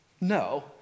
No